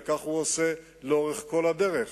וכך הוא עושה לאורך כל הדרך,